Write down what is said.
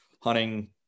hunting